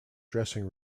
dressing